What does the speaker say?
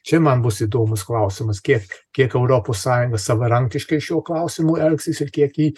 čia man bus įdomus klausimas kiek kiek europos sąjunga savarankiškai šiuo klausimu elgsis ir kiek ji